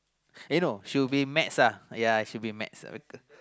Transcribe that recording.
uh no she will be maths uh ya she will be maths